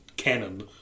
canon